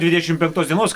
dvidešim penktos dienos